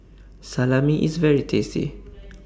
Salami IS very tasty